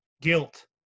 Guilt